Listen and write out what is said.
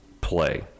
play